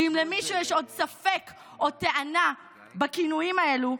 ואם למישהו יש עוד ספק או טענה בכינויים האלו,